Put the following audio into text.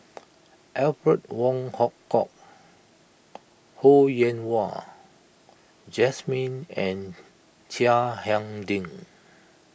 Alfred Wong Hong Kwok Ho Yen Wah Jesmine and Chiang Hai Ding